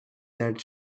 that